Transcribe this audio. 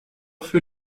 für